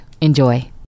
enjoy